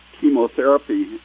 chemotherapy